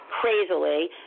crazily